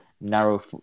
narrow